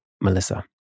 Melissa